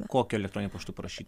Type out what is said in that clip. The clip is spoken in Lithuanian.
kokiu eketrononiu paštu parašyt